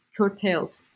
curtailed